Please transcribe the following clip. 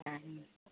ಹಾಂ